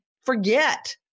forget